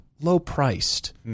low-priced